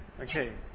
Okay